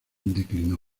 declinó